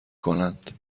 کنند